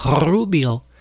Rubio